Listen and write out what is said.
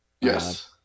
Yes